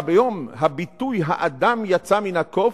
כיום הביטוי "האדם יצא מן הקוף"